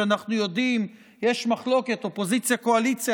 אנחנו יודעים שיש מחלוקת של אופוזיציה-קואליציה